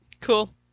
Cool